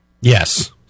Yes